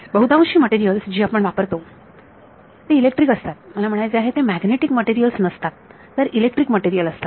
बहुतांशी मटेरियल्स जी आपण वापरतो इलेक्ट्रिक असतात मला म्हणायचे आहे ते मॅग्नेटिक मटेरियल्स नसतात तर इलेक्ट्रिक मटेरियल असतात